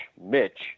Mitch